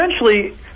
essentially